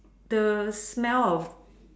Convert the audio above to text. the smell of